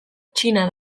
txina